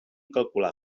calcular